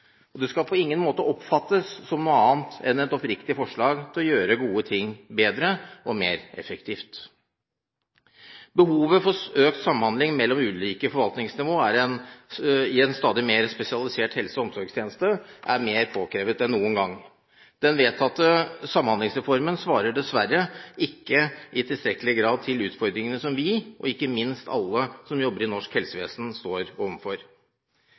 helsepolitikk. Det skal på ingen måte oppfattes som noe annet enn et oppriktig forslag om å gjøre ting bedre og mer effektivt. Behovet for økt samhandling mellom ulike forvaltningsnivå i en stadig mer spesialisert helse- og omsorgstjeneste er mer påkrevd enn noen gang. Den vedtatte Samhandlingsreformen svarer dessverre ikke i tilstrekkelig grad til ufordringene som vi, og ikke minst alle som jobber i norsk helsevesen, står